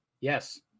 Yes